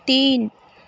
تین